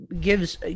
gives